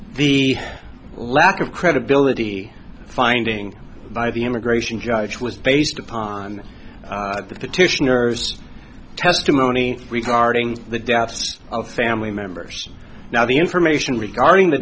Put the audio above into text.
the lack of credibility finding by the immigration judge was based upon the petitioners testimony regarding the deaths of family members now the information regarding the